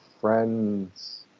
friend's